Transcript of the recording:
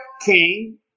king